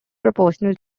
proportional